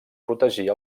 protegir